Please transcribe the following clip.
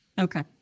Okay